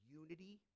unity